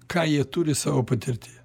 ką jie turi savo patirtyje